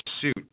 suit